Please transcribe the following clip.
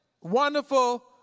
wonderful